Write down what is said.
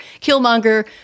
Killmonger